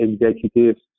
executives